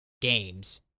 games